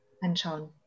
anschauen